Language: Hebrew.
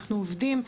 אנחנו עובדים,